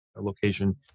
location